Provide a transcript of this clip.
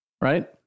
right